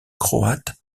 croate